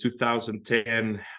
2010